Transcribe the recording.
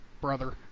brother